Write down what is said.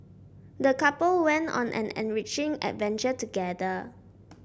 the couple went on an enriching adventure together